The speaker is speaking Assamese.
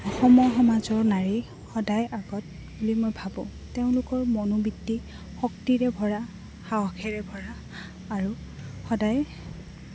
অসমৰ সমাজৰ নাাৰী সদায় আগত বুলি মই ভাবোঁ তেওঁলোকৰ মনোবৃত্তি শক্তিৰে ভৰা সাহসেৰে ভৰা আৰু সদায়